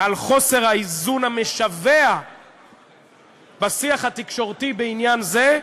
על חוסר האיזון המשווע בשיח התקשורתי בעניין זה,